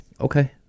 Okay